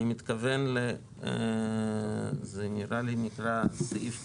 אני מתכוון, זה נראה לי שנקרא סעיף קטן,